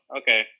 okay